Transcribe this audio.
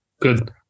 Good